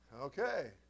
Okay